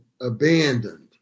abandoned